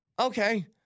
Okay